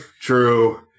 True